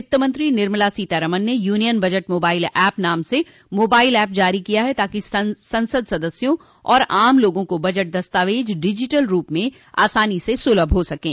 वित्त मंत्री निर्मला सीतारामन ने यूनियन बजट मोबाइल ऐप नाम से मोबाइल ऐप जारी किया है ताकि ससंद के सदस्यों और आम लोगों को बजट दस्तावेज डिजिटल रूप में आसानी से सुलभ हो सकें